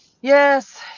yes